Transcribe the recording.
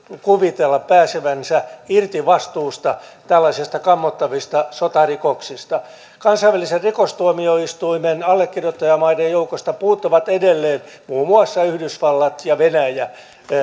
kuvitella pääsevänsä irti vastuusta tällaisissa kammottavissa sotarikoksissa kansainvälisen rikostuomioistuimen allekirjoittajamaiden joukosta puuttuvat edelleen muun muassa yhdysvallat ja venäjä ja